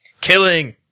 Killing